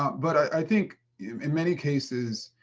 but i think in many cases,